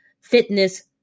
fitness